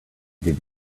did